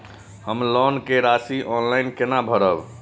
हम लोन के राशि ऑनलाइन केना भरब?